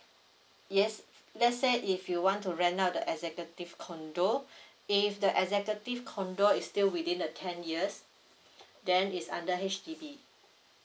yes let's say if you want to rent out the executive condo if the executive condo is still within the ten years then is under H_D_B